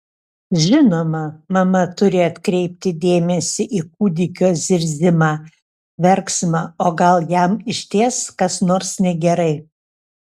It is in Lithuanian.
žinoma mama turi atkreipti dėmesį į kūdikio zirzimą verksmą o gal jam išties kas nors negerai